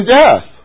death